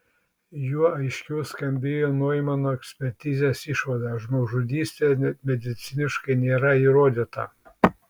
juo aiškiau skambėjo noimano ekspertizės išvada žmogžudystė mediciniškai nėra įrodyta